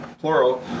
plural